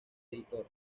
editor